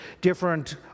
different